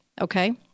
okay